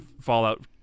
Fallout